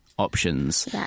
options